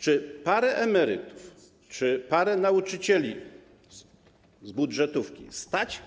Czy parę emerytów czy parę nauczycieli z budżetówki stać